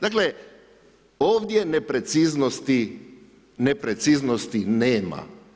Dakle ovdje nepreciznosti nema.